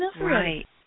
Right